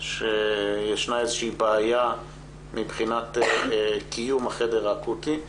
שיש איזושהי בעיה מבחינת קיום החדר האקוטי.